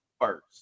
first